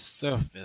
surface